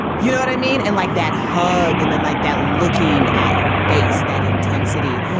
you know what i mean? and like that hug and then like that, looking at your face, that intensity.